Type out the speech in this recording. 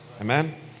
Amen